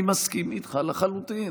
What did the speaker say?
אני מסכים איתך לחלוטין.